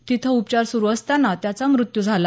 तिथं उपचार सुरू असताना त्याचा मृत्यू झाला